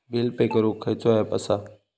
Bill pay करूक खैचो app असा?